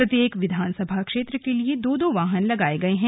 प्रत्येक विधानसभा क्षेत्र के लिए दो दो वाहन लगाए गए हैं